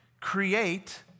create